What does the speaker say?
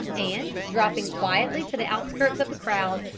and, dropping quietly to the outskirts of the crowd,